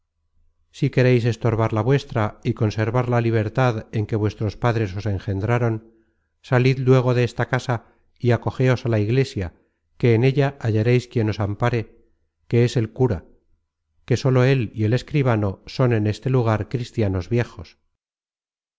si quereis estorbar la vuestra y conservar la libertad en que vuestros padres os engendraron salid luego de esta casa y acogéos á la iglesia que en ella hallareis quien os ampare que es el cura que sólo él y el escribano son en este lugar cristianos viejos